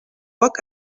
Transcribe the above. poc